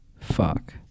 Fuck